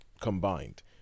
combined